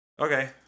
okay